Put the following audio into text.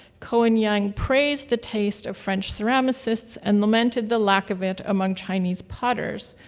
ko and yang praised the taste of french ceramicists and lamented the lack of it among chinese potters,